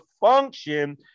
function